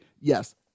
Yes